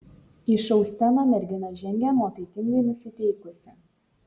į šou sceną mergina žengė nuotaikingai nusiteikusi